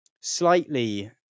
slightly